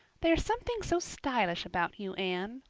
there's something so stylish about you, anne,